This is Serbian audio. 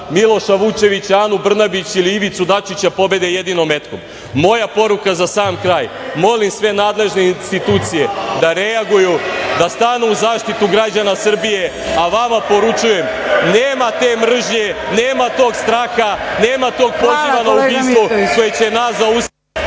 Miloša Vučevića, Anu Brnabić ili Ivicu Dačića pobede jedino metkom. Moja poruka za sam kraj – molim sve nadležne institucije, da reaguju, da stanu u zaštitu građana Srbija, a vama poručujem – nema te mržnje, nema tog straha, nema tog poziva na ubistvo koji će nas zaustaviti.